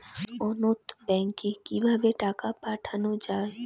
অন্যত্র ব্যংকে কিভাবে টাকা পাঠানো য়ায়?